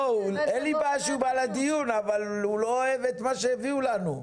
אין לי בעיה שהוא בא לדיון אבל הוא לא אוהב את מה שהביאו לנו.